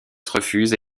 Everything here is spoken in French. refuse